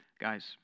Guys